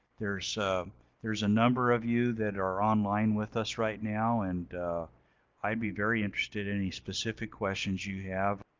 there's there's a number of you that are online with us right now, and i'd be very interested in any specific questions you have,